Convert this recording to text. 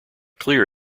clear